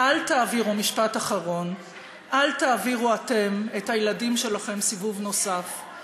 אלא כי הלכתם לגור במקום לא